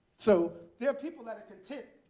so there are people that are content.